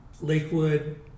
Lakewood